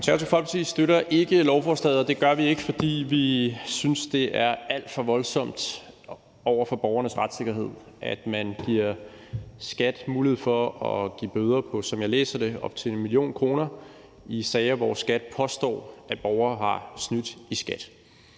Konservative Folkeparti støtter ikke lovforslaget, og det gør vi ikke, fordi vi synes, det er alt for voldsomt over for borgernes retssikkerhed, at man giver skattevæsenet mulighed for at give bøder på, som jeg læser det, op til 1 mio. kr. i sager, hvor skattevæsenet påstår, at borgere har snydt i skat,